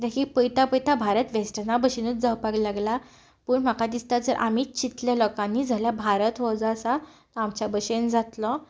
पळयता पळयता भारत वस्टर्ना भाशेन जावपाक लागला पूण म्हाका दिसता जर आमीच चिंतलें लोकांनी जाल्यार भारत हो जो आसा तो आमच्या भाशेन जातलो